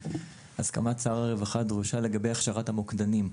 הסכמת שר הרווחה דרושה לגבי הכשרת המוקדנים.